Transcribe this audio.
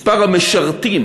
מספר המשרתים